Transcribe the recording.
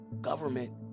government